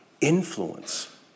influence